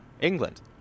England